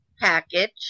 package